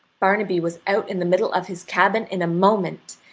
barnaby was out in the middle of his cabin in a moment,